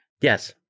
Yes